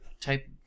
type